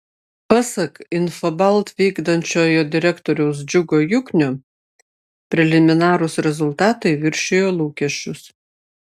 pasak infobalt vykdančiojo direktoriaus džiugo juknio preliminarūs rezultatai viršijo lūkesčius